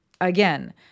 Again